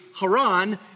Haran